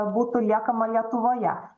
būtų liekama lietuvoje